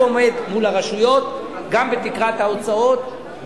הוא עומד מול הרשויות גם בתקרת ההוצאות,